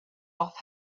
off